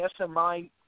SMI